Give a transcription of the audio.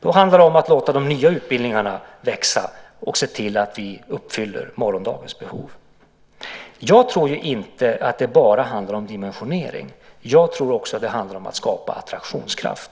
Då handlar det om att låta de nya utbildningarna växa och se till att vi uppfyller morgondagens behov. Jag tror ju inte att det bara handlar om dimensionering. Jag tror också att det handlar om att skapa attraktionskraft.